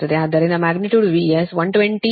ಆದ್ದರಿಂದ magnitude VS 120